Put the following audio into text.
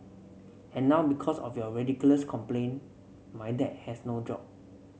and now because of your ridiculous complaint my dad has no job